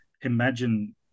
imagine